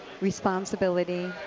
responsibility